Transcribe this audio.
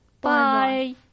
bye